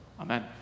Amen